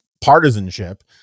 partisanship